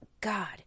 God